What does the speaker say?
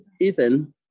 Ethan